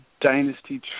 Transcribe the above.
dynasty